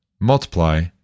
multiply